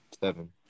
seven